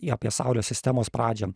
į apie saulės sistemos pradžią